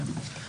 כן.